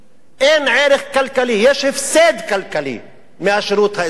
אין ערך כלכלי, יש הפסד כלכלי מהשירות האזרחי.